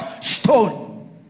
Stone